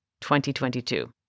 2022